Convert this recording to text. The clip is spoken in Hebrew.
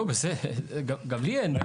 לא, בסדר, גם לי אין בעיה.